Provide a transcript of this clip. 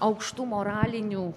aukštų moralinių